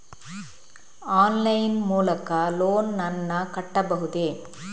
Online line ಮೂಲಕ loan ನನ್ನ ಕಟ್ಟಬಹುದೇ?